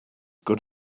good